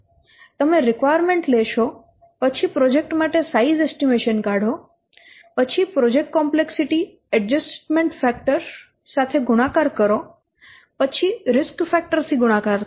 તમે રિક્વાયરમેન્ટ લેશો પછી પ્રોજેક્ટ માટે સાઈઝ એસ્ટીમેશન કાઢો પછી પ્રોજેક્ટ કોમ્પ્લેક્સિટી ઍડ્જસ્ટમેન્ટ ફેક્ટર્સ સાથે ગુણાકાર કરો પછી રિસ્ક ફેક્ટર્સ થી ગુણાકાર કરો